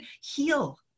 heal